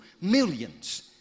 millions